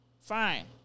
Fine